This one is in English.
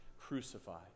crucified